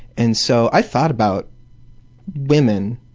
and so i thought about women,